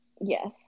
Yes